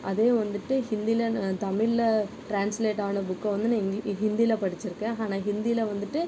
அதே வந்துட்டு ஹிந்தில தமிழ்ல ட்ரான்ஸ்லேட் ஆன புக்கை வந்து நான் இங்கி ஹிந்தில படிச்சிருக்கேன் ஆனால் ஹிந்தியில வந்துட்டு